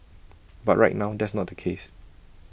but right now that's not the case